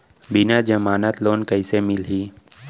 बिना जमानत लोन कइसे मिलही?